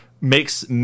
makes